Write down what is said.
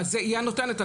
היא הנותנת.